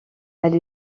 elle